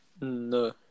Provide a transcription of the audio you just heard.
No